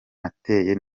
nateye